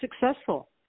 successful